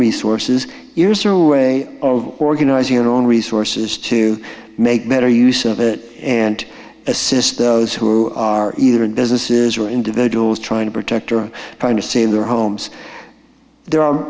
resources yours are away of organizing our own resources to make better use of it and assist those who are either in businesses or individuals trying to protect or trying to save their homes there ar